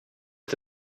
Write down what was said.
est